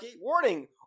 Warning